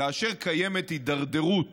כאשר קיימת הידרדרות